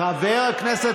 הורדת מחירים?